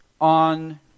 on